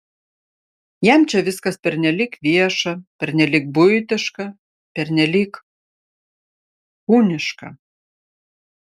jam čia viskas pernelyg vieša pernelyg buitiška pernelyg kūniška